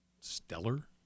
Stellar